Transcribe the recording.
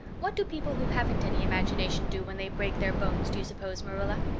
what do people who haven't any imagination do when they break their bones, do you suppose, marilla?